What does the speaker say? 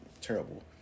Terrible